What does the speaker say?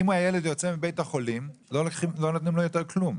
אם הילד יוצא מבית החולים לא נותנים לו יותר כלום.